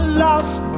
lost